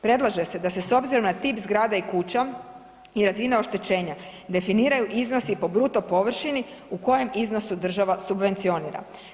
Predlaže se da se s obzirom na tip zgrada i kuća i razina oštećenja definiraju iznosi po bruto površini u kojem iznosu država subvencionira.